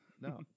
No